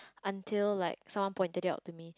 until like someone pointed out to me